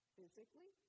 physically